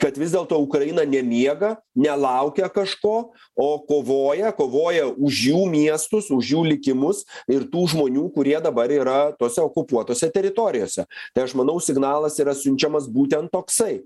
kad vis dėlto ukraina nemiega nelaukia kažko o kovoja kovoja už jų miestus už jų likimus ir tų žmonių kurie dabar yra tose okupuotose teritorijose tai aš manau signalas yra siunčiamas būtent toksai